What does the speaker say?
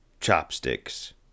chopsticks